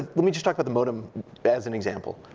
ah let me just talk about the modem as an example.